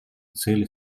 цели